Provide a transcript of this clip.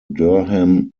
durham